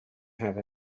have